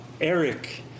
Eric